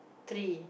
three